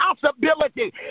possibility